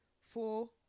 Four